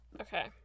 okay